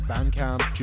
Bandcamp